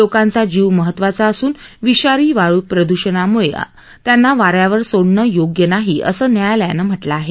लोकांचा जीव महत्वाचा असून विषारी वायू प्रद्रषणामुळे त्यांना वाऱ्यावर सोडणं योग्य नाही असं न्यायालयानं म्ह लं आहे